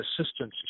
assistance